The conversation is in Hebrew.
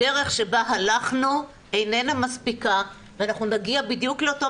הדרך שבה הלכנו איננה מספיקה ואנחנו נגיע בדיוק לאותו